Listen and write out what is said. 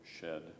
shed